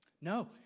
No